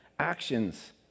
Actions